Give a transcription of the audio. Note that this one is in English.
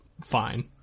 fine